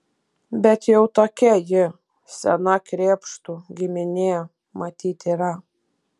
bet jau tokia ji sena krėpštų giminė matyt yra